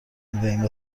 میدهیم